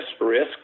risk